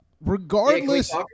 regardless –